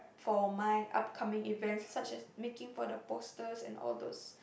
for my upcoming events such as making for the posters and all those